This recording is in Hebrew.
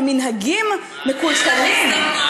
הם מנהגים מקולקלים.